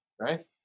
right